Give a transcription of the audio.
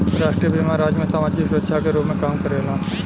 राष्ट्रीय बीमा राज्य में सामाजिक सुरक्षा के रूप में काम करेला